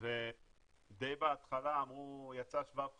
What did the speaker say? ודי בהתחלה יצא שבב חדש,